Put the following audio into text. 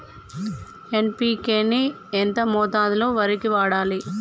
NPK ని ఎంత మోతాదులో వరికి వాడాలి?